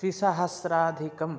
त्रिसहस्राधिकम्